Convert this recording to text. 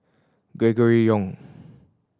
Gregory Yong